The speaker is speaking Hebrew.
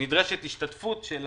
שנדרשת השתתפות של